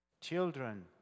Children